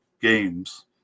games